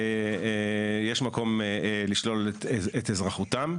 יש מקום לשלול את אזרחותם.